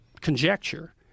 conjecture